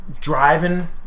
driving